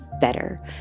better